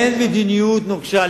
אין מדיניות נוקשה.